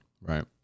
right